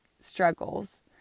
struggles